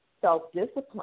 self-discipline